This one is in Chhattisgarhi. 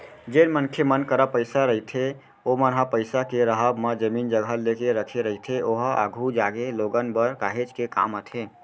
जेन मनखे मन करा पइसा रहिथे ओमन ह पइसा के राहब म जमीन जघा लेके रखे रहिथे ओहा आघु जागे लोगन बर काहेच के काम आथे